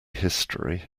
history